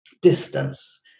distance